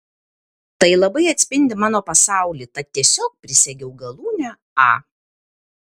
tai labai atspindi mano pasaulį tad tiesiog prisegiau galūnę a